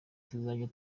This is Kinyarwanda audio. tukajya